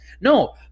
No